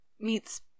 meets